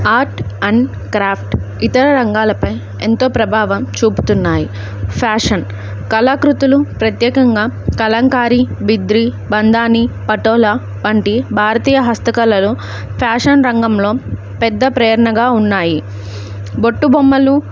art and craft ఇతర రంగాలపై ఎంతో ప్రభావం చూపుతున్నాయి ఫ్యాషన్ కళాకృతులు ప్రత్యేకంగా కలంకారి బిద్రీ బంధాని పటోల వంటి భారతీయ హస్తకళలు ఫ్యాషన్ రంగంలో పెద్ద ప్రేరణగా ఉన్నాయి బుట్ట బొమ్మలు